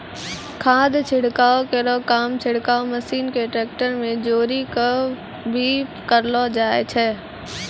खाद छिड़काव केरो काम छिड़काव मसीन क ट्रेक्टर में जोरी कॅ भी करलो जाय छै